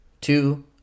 two